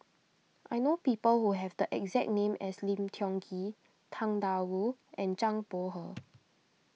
I know people who have the exact name as Lim Tiong Ghee Tang Da Wu and Zhang Bohe